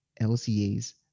LCAs